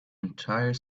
entire